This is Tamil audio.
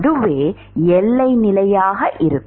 அதுவே எல்லை நிலையாக இருக்கும்